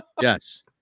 yes